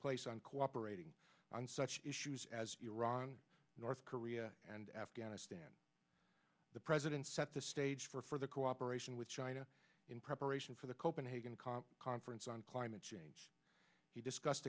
place on cooperating on such issues as iran north korea and afghanistan the president set the stage for further cooperation with china in preparation for the copenhagen comp conference on climate change he discussed